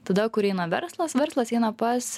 tada kur eina verslas verslas eina pas